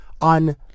on